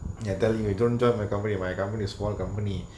ya telling why don't join my company my company is small company